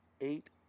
eight